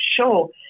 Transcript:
Sure